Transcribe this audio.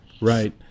Right